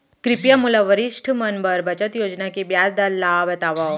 कृपया मोला वरिष्ठ मन बर बचत योजना के ब्याज दर ला बतावव